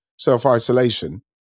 self-isolation